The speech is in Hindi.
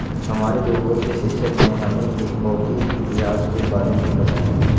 हमारे भूगोल के शिक्षक ने हमें एक कॉफी इतिहास के बारे में बताया